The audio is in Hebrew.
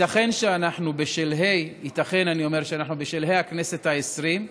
ייתכן שאנחנו בשלהי הכנסת העשרים,